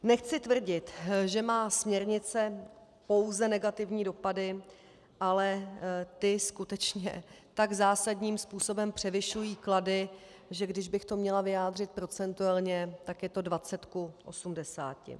Nechci tvrdit, že má směrnice pouze negativní dopady, ale ty skutečně tak zásadním způsobem převyšují klady, že když bych to měla vyjádřit procentuálně, tak je to 20 : 80.